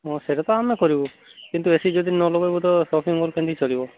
ହଁ ସେଟା ତ ଆମେ କରିବୁ କିନ୍ତୁ ଏ ସି ଯଦି ନ ଲଗେଇବୁ ତ ଶପିଙ୍ଗ୍ ମଲ୍ କେମିତି ଚଳିବ